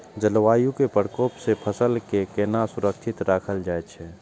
जलवायु के प्रकोप से फसल के केना सुरक्षित राखल जाय छै?